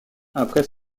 après